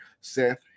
Seth